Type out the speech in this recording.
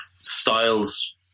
Styles